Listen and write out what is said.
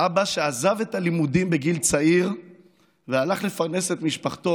אבא שעזב את הלימודים בגיל צעיר והלך לפרנס את משפחתו,